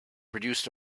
produced